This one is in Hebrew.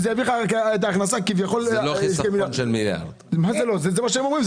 לא חיסכון של מיליארד --- זה מה שהם אומרים,